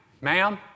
ma'am